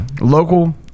Local